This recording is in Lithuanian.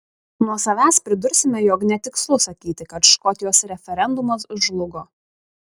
nuo savęs pridursime jog netikslu sakyti kad škotijos referendumas žlugo